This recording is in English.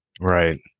Right